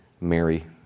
Mary